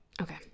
Okay